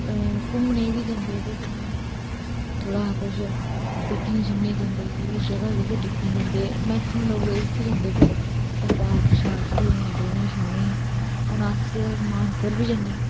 घूमने गी बी जंदे थोहड़ा कुछ दिक्खने सुनने गी जंदे है लोग दिक्खने गी जंदे है मेक्सिमम लोग उत्थै जंदे है जित्थै पार्क सार्क बी होन बौहने गी हून अस मानसर बी जन्नो आं